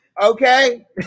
Okay